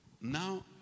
Now